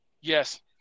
Yes